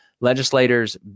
legislators